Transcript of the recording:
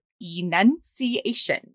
enunciation